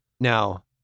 now